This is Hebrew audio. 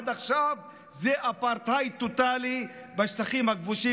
עד עכשיו זה אפרטהייד טוטלי בשטחים הכבושים